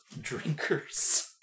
drinkers